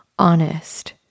honest